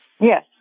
Yes